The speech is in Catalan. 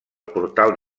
portal